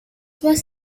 was